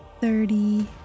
thirty